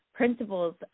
principles